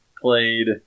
played